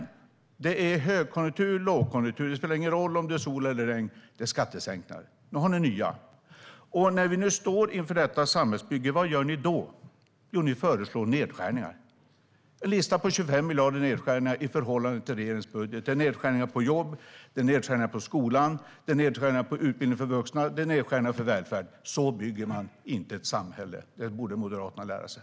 Det gäller i såväl högkonjunktur som lågkonjunktur. Det spelar ingen roll om det är sol eller regn - det är skattesänkningar ni ska göra. Nu har ni nya. När vi nu står inför detta samhällsbygge, vad gör ni då? Jo, ni föreslår nedskärningar. Ni har en lista på 25 miljarder i nedskärningar i förhållande till regeringens budget. Det är nedskärningar på jobb, skola, vuxenutbildning och välfärd. Så bygger man inte ett samhälle. Det borde Moderaterna lära sig.